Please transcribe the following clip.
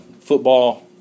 football